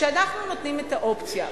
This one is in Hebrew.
שאנחנו נותנים את האופציה.